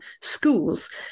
schools